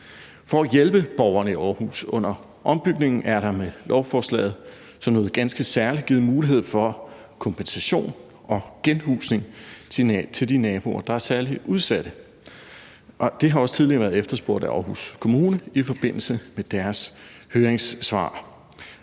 For at hjælpe borgerne i Aarhus under ombygningen er der med lovforslaget som noget ganske særligt givet mulighed for kompensation og genhusning til de naboer, der er særligt udsatte. Det har også tidligere været efterspurgt af Aarhus Kommune i forbindelse med deres høringssvar.